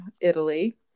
Italy